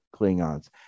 Klingons